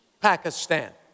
Pakistan